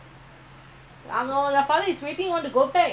ya march twenty seven இருந்து:irundhu